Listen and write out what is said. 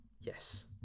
Yes